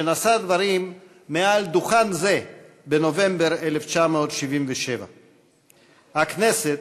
שנשא דברים מעל דוכן זה בנובמבר 1977. הכנסת